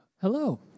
Hello